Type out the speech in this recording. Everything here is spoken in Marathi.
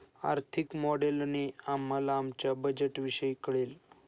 आर्थिक मॉडेलने आम्हाला आमच्या बजेटविषयी कळेल